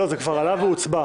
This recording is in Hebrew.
לא, זה כבר עלה והוצבע.